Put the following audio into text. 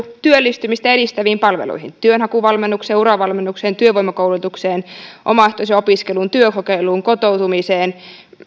työllistymistä edistäviin palveluihin työnhakuvalmennukseen uravalmennukseen työvoimakoulutukseen omaehtoiseen opiskeluun työkokeiluun kotoutumiseen